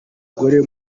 gore